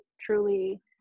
truly